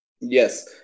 Yes